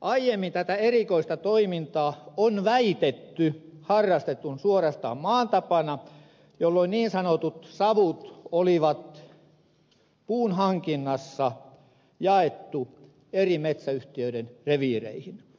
aiemmin tätä erikoista toimintaa on väitetty harrastetun suorastaan maan tapana jolloin niin sanotut savut olivat puunhankinnassa jaettu eri metsäyhtiöiden reviireihin